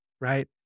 Right